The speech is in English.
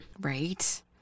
Right